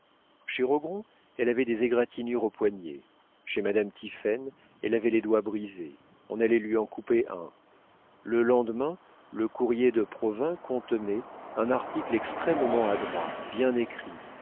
chez rogron elle avait des égratignures au poignet chez madame tiphaine elle avait les doigts brisés on allait lui en couper un le lendemain le courrier de provins contenait un article extrêmement adroit bien écrit